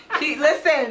Listen